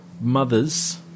mothers